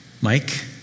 Mike